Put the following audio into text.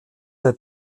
der